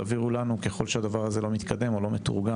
תעבירו לנו ככל שהדבר הזה לא מתורגם או לא מתקדם.